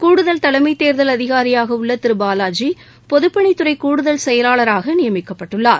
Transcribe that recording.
கூடுதல் தலைமைத் தேர்தல் அதிகாரியாக உள்ள திரு பாலாஜி பொதுப் பணித்துறை கூடுதல் செயலராக நியமிக்கப்பட்டுள்ளார்